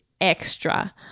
extra